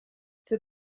für